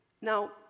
Now